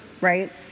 right